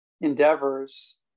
endeavors